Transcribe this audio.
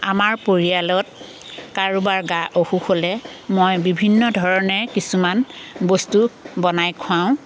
আমাৰ পৰিয়ালত কাৰোবাৰ গা অসুখ হ'লে মই বিভিন্ন ধৰণে কিছুমান বস্তু বনাই খোৱাওঁ